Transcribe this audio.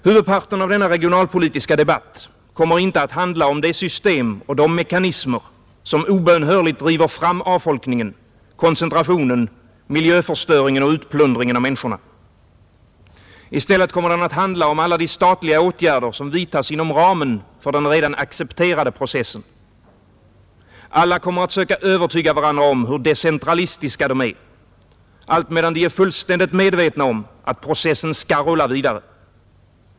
Huvudparten av denna regionalpolitiska debatt kommer inte att handla om det system och de mekanismer som obönhörligt driver fram avfolkningen, koncentrationen, miljöförstöringen och utplundringen av människorna, I stället kommer den att handla om alla de statliga åtgärder som vidtas inom ramen för den redan accepterade processen. Alla kommer att söka övertyga varandra om hur decentralistiska de är, allt medan de är fullständigt medvetna om att processen skall rulla vidare.